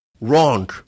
Wrong